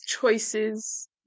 choices